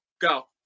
Go